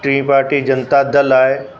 टीं पार्टी जनता दल आहे